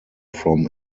from